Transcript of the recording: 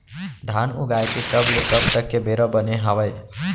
धान उगाए के कब ले कब तक के बेरा बने हावय?